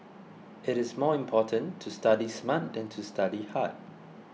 it is more important to study smart than to study hard